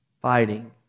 fighting